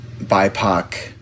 BIPOC